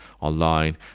online